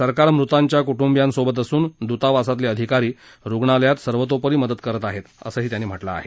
सरकार मृतांच्या कुटुंबीयांसोबत असून द्रतावासातले अधिकारी रुग्णालयात सर्वतोपरी मदत करत आहेत असही त्यांनी म्हटलं आहे